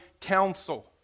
counsel